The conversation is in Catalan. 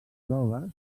grogues